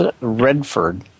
Redford